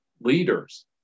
leaders